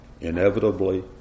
inevitably